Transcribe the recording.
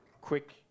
quick